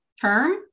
term